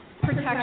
protection